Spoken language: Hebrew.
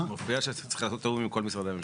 צריך לעשות תיאום עם כל משרדי הממשלה.